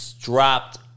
dropped